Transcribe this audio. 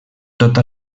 tota